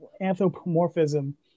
anthropomorphism